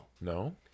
No